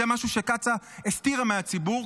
זה משהו שקצא"א הסתירה מהציבור,